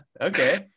Okay